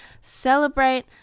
celebrate